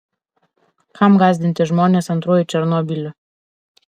kam gąsdinti žmones antruoju černobyliu